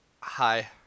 Hi